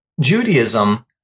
Judaism